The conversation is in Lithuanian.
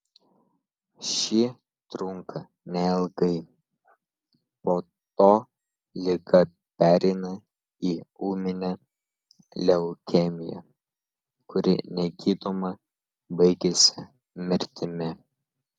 ši trunka neilgai po to liga pereina į ūminę leukemiją kuri negydoma baigiasi mirtimi